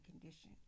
condition